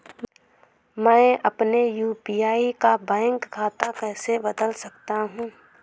मैं अपने यू.पी.आई का बैंक खाता कैसे बदल सकता हूँ?